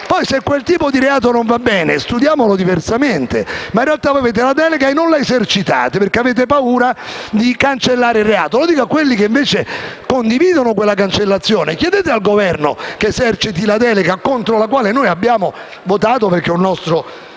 Poi, se quel tipo di reato non va bene, studiamolo diversamente, ma in realtà voi avete la delega e non la esercitate, perché avete paura di cancellare il reato. E lo dico a quelli che invece condividono quella cancellazione. Chiedete al Governo che eserciti la delega contro la quale abbiamo votato, perché è un nostro